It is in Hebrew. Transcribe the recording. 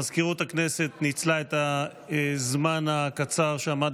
מזכירות הכנסת ניצלה את הזמן הקצר שעמד